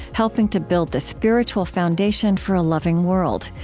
helping to build the spiritual foundation for a loving world.